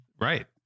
Right